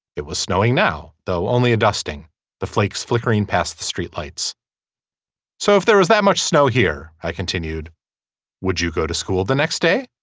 it was snowing now though only a dusting the flakes flickering past the streetlights so if there was that much snow here i continued would you go to school the next day